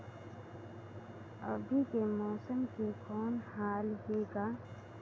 अभी के मौसम के कौन हाल हे ग?